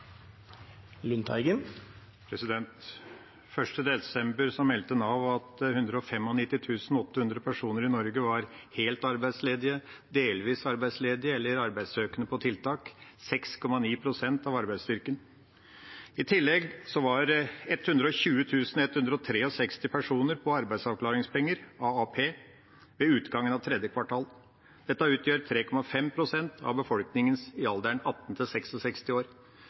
desember meldte Nav at 195 800 personer i Norge var helt arbeidsledige, delvis arbeidsledige eller arbeidssøkende på tiltak – 6,9 pst. av arbeidsstyrken. I tillegg var 120 163 personer på arbeidsavklaringspenger, AAP, ved utgangen av tredje kvartal. Dette utgjør 3,5 pst. av befolkningen i alderen